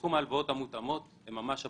בתחום ההלוואות המותאמות הם ממש אפסיים.